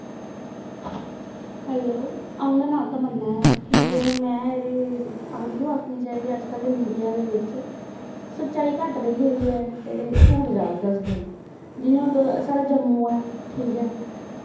hello अ'ऊं दा नांऽ तमन्ना ऐ ठीक ऐ में एह्दे इ'यो आक्खनी चाहिदी अज्ज कल दे मीडिया दे बिच सच्चाई घट्ट रेही गेदी ऐ ते झूठ जादा दसदे न जि'यां हून साढ़ा जम्मू ऐ ठीक ऐ